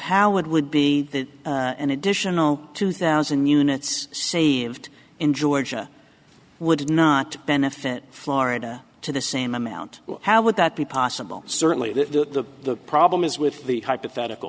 how it would be an additional two thousand units saved in georgia would not benefit florida to the same amount how would that be possible certainly the problem is with the hypothetical